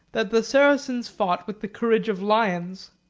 that the saracens fought with the courage of lions